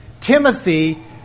Timothy